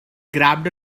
grabbed